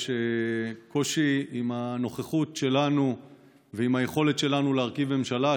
יש קושי עם הנוכחות שלנו ועם היכולת שלנו להרכיב ממשלה,